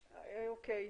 אוקיי.